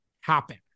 happen